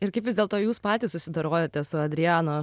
ir kaip vis dėlto jūs patys susidorojote su adriano